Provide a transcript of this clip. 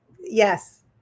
yes